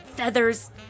feathers